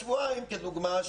אז אנחנו --- שבועיים כדוגמה,